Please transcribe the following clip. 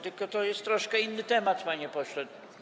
Tylko to jest troszkę inny temat, panie pośle.